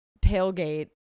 tailgate